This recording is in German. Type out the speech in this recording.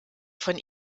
von